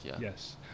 Yes